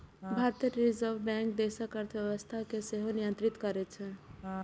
भारतीय reserve bank देशक अर्थव्यवस्था कें सेहो नियंत्रित करै छै